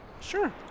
Sure